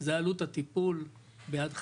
זו עלות הטיפול ביד חנה,